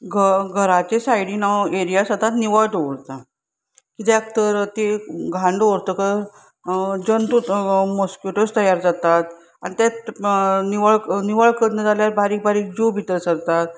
घ घराच्या सायडीन हांव एरिया सदांच निवळ दवरता कित्याक तर ती घाण दवरतकच जंतू मोस्किटोज तयार जातात आनी ते निवळ निवळ करिना जाल्यार बारीक बारीक जीव भितर सरतात